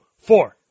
four